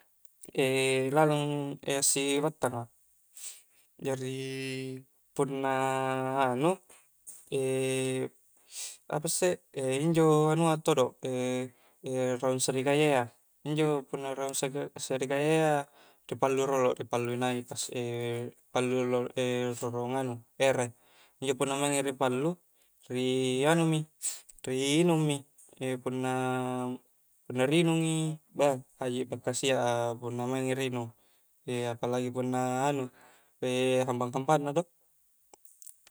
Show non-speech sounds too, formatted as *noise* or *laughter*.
*hesitation* Lalang assi'battanga jari' punna anu' e' apa isse' injo' anua to do', e' e' raung' sarikaya' ya, injo' punna raung' sarikaya' ya ki pallu rolo, dipallu nai' ta'si pallu', e' pagaung nganu' ere', injo' punna maengi ri' pallu', ri' anumi kah i' nginungmi punna ri' nginungi' beh haji'i pakasia'a punna maengi ri' nginung e' palagi punna anu hambang-hambangna do